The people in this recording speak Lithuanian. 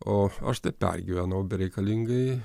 o aš tai pergyvenau bereikalingai